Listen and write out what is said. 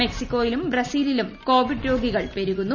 മെക്സികോയിലും ബ്രസീലിലും കോവിഡ് രോഗികൾ പെരുകുന്നു